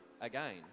again